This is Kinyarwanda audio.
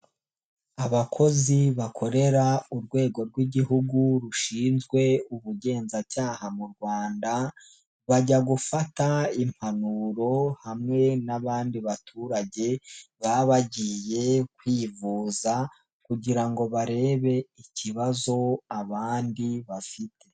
Abakozi bakorera urwego rw'igihugu rushinzwe ubugenzacyaha mu Rwanda, bajya gufata impanuro hamwe n'abandidi baturage baba bagiye kwivuza kugira ngo barebe ikibazo abandi bafite.